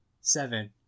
seven